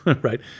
right